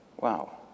Wow